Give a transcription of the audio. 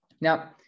Now